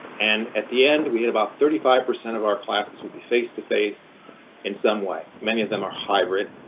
and at the end we had about thirty five percent of our classes would be face to face in some way. many of them are hybrid,